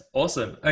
awesome